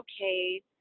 okay